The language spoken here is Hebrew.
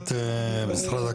התייחסות קצרה.